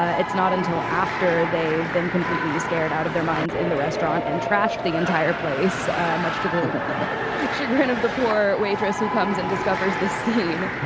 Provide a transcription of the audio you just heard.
ah it's not until after they've been completely scared out of their minds in the restaurant and trashed the entire place much to the chagrin of the poor waitress who comes and discovers the scene.